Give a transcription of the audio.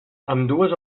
ambdues